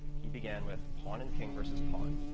he began with pawn and king versus pawn,